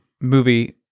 movie